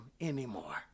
anymore